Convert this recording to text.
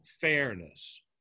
fairness